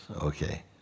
Okay